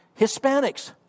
Hispanics